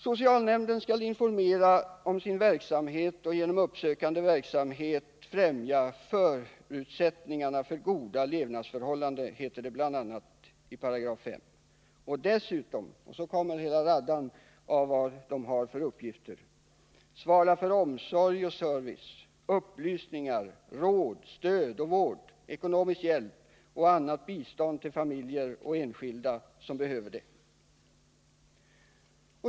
Socialnämnden skall informera om sin verksamhet och genom uppsökande verksamhet främja förutsättningarna för goda levnadsförhållanden, heter det bl.a.i5 §. Dessutom skall nämnden — och sedan räknas det upp en hel rad med uppgifter — svara för omsorg och service, upplysningar, råd, stöd och vård, ekonomisk hjälp och annat bistånd till familjer och enskilda som behöver det.